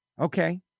Okay